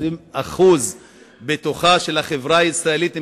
שהוא 20% מהחברה הישראלית,